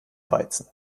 weizen